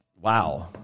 wow